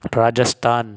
Rajasthan